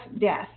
death